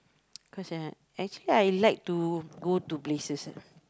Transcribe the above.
cause ya actually I like to go to places ah